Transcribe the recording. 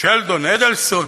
שלדון אדלסון?